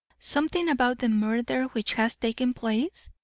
something about the murder which has taken place?